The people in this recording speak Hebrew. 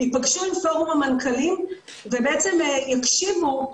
ייפגשו עם פורום המנכ"לים ובעצם יקשיבו,